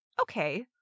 Okay